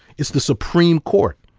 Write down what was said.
it's the supreme court.